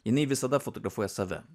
jinai visada fotografuoja save